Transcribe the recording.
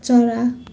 चरा